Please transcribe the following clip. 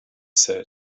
said